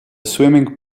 swimming